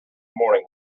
morning